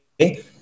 okay